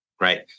right